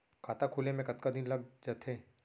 खाता खुले में कतका दिन लग जथे?